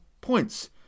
points